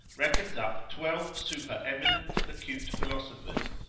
reckons up twelve supereminent, acute philosophers,